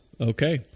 okay